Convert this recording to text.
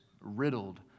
riddled